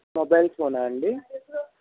మొబైల్సేనా అండి